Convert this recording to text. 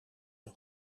een